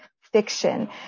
fiction